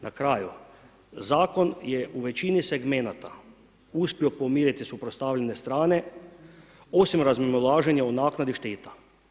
Na kraju, zakon je u većini segmenata uspio pomiriti suprotstavljene strane, osim razmimoilaženja u naknadi šteta.